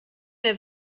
der